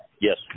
Yes